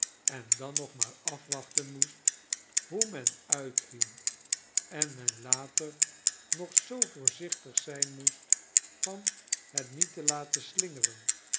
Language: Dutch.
geschilderd besteeddeen dannog maar afwachten moest hoe men uitviel en men later nog zoo voorzichtig zyn moest van het niet te laten slingeren